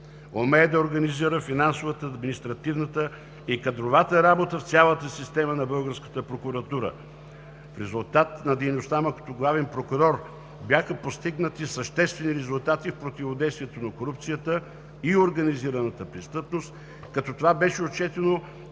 Умее да организира финансовата, административната и кадровата работа в цялата система на българската прокуратура. В резултат на дейността му като главен прокурор бяха постигнати съществени резултати в противодействието на корупцията и организираната престъпност, като това беше отчетено